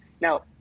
now